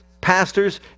pastors